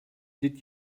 did